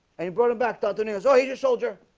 and you brought him back to anthony rizzo. i hate your soldier